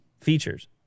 features